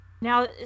Now